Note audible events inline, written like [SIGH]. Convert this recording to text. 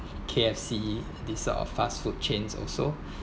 K_F_C this sort of fast food chains also [BREATH]